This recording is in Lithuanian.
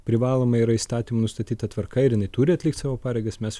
privaloma yra įstatymų nustatyta tvarka ir jinai turi atlikt savo pareigas mes